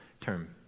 term